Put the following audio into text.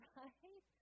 right